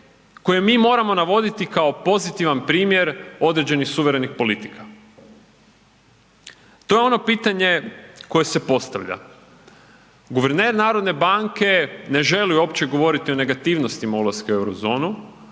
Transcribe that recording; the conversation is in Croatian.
koje mi moramo navoditi kao pozitivan primjer određenih suverenih politika? To je ono pitanje koje se postavlja. Guverner narodne banke ne želi uopće govoriti o negativnostima ulaska u euro zonu,